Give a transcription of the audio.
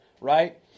right